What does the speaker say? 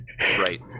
right